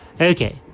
Okay